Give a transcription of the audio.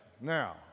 now